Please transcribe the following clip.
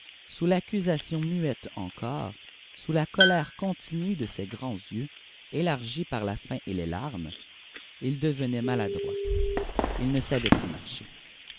sous l'accusation muette encore sous la colère contenue de ces grands yeux élargis par la faim et les larmes il devenait maladroit il ne savait plus marcher